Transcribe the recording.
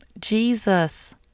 Jesus